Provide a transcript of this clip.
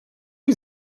die